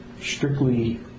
strictly